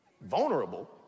Vulnerable